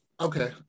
okay